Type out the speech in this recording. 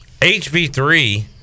HB3